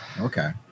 okay